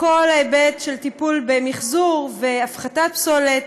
בכל ההיבט של טיפול במחזור והפחתת פסולת